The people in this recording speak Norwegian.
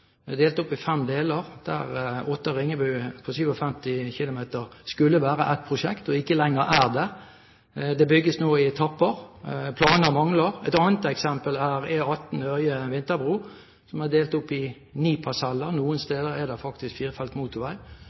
delt opp i fem deler, der Otta–Ringebu på 57 km skulle være ett prosjekt og ikke lenger er det. Det bygges nå i etapper, og planer mangler. Et annet eksempel er E18 Ørje–Vinterbro, som er delt opp i ni parseller. Noen steder er det faktisk firefelts motorvei. Fire